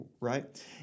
right